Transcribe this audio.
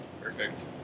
Perfect